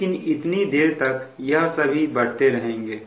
लेकिन इतनी देर तक यह सभी बढ़ते रहेंगे